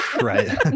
Right